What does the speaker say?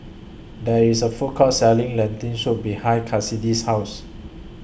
There IS A Food Court Selling Lentil Soup behind Kassidy's House